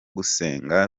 gusenga